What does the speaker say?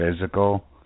physical